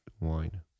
wine